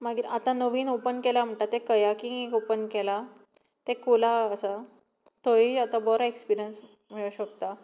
मागीर आतां नवीन ओपन केला म्हणटा तें कयाकींग एक ओपन केला तें खोला आसा थंय आतां बरो एक्सपिरियन्स मेळो शकता